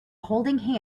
holding